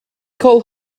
call